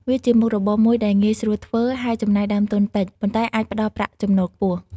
វាជាមុខរបរមួយដែលងាយស្រួលធ្វើ ហើយចំណាយដើមទុនតិច ប៉ុន្តែអាចផ្តល់ប្រាក់ចំណូលខ្ពស់។